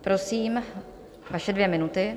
Prosím, vaše dvě minuty.